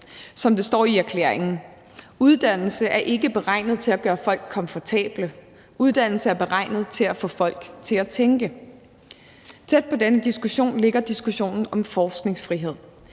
Som der står i erklæringen: »Uddannelse er ikke beregnet til at gøre folk komfortable. Uddannelse er beregnet til at få folk til at tænke.« Tæt på denne diskussion ligger diskussionen om forskningsfrihed.